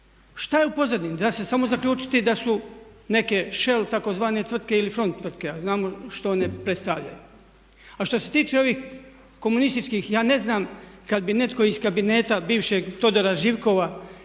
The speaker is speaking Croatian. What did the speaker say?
Šta je u pozadini? Da se samo zaključiti da su neke shell tzv. tvrtke ili front tvrtke, a znamo što one predstavljaju. A što se tiče ovih komunističkih, ja ne znam, kad bi netko iz kabineta bivšeg Todora, Živkova, Janoša,